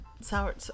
Sour